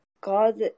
God